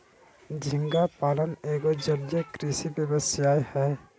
झींगा पालन एगो जलीय कृषि व्यवसाय हय